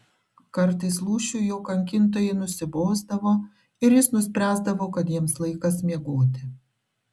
kartais lūšiui jo kankintojai nusibosdavo ir jis nuspręsdavo kad jiems laikas miegoti